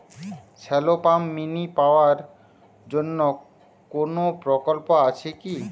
Shallow pump mini power জন্য কোনো প্রকল্প আছে কি?